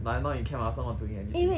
like I not in camp I also not doing anything